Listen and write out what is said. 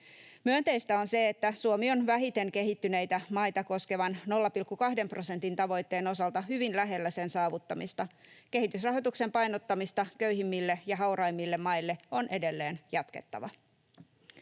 Myönteistä on se, että Suomi on vähiten kehittyneitä maita koskevan 0,2 prosentin tavoitteen osalta hyvin lähellä sen saavuttamista. Kehitysrahoituksen painottamista köyhimmille ja hauraimmille maille on edelleen jatkettava.